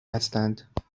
هستند